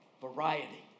variety